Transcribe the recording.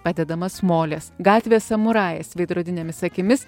padedamas molės gatvės samurajės veidrodinėmis akimis